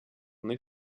nel